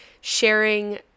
sharing